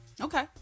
Okay